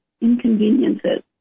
inconveniences